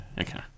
Okay